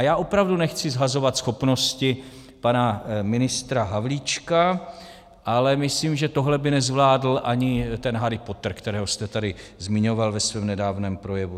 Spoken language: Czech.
Já opravdu nechci shazovat schopnosti pana ministra Havlíčka, ale myslím, že tohle by nezvládl ani ten Harry Potter, kterého jste tady zmiňoval ve svém nedávném projevu.